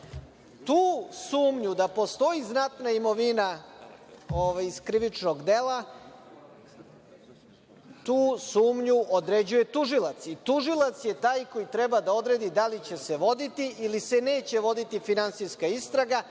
sumnju da postoji znatna imovina iz krivičnog dela, tu sumnju određuje tužilac i tužilac je taj koji treba da odredi da li će se voditi ili se neće voditi finansijska imovina,